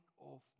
off